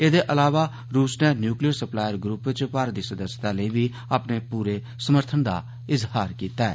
एह्दे अलावा रूस नै न्युक्लियर स्पलायर ग्रुप च भारत दी सदस्यता लेई बी अपने पूरे समर्थन दा इज़हार कीता ऐ